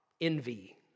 envy